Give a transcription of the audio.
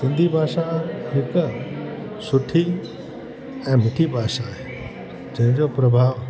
सिंधी भाषा हिकु सुठी ऐं मिठी भाषा आहे जंहिंजो प्रभाव